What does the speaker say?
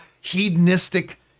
hedonistic